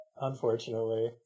Unfortunately